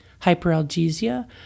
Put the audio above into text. hyperalgesia